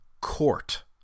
Court